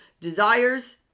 desires